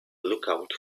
lookout